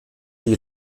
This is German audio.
die